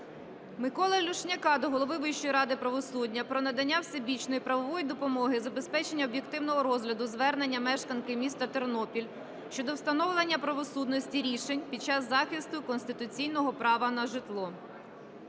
Миколи Люшняка до голови Вищої ради правосуддя про надання всебічної правової допомоги, забезпечення об'єктивного розгляду звернення мешканки міста Тернопіль щодо встановлення правосудності рішень під час захисту конституційного права на житло.